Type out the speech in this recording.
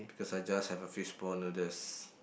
because I just have a fishball noodles